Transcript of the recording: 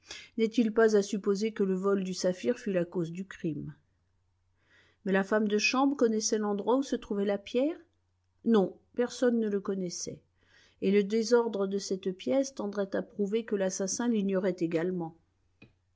n'est-il pas à supposer que le vol du saphir fut la cause du crime mais la femme de chambre connaissait l'endroit où se trouvait la pierre non personne ne le connaissait et le désordre de cette pièce tendrait à prouver que l'assassin l'ignorait également